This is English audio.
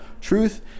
Truth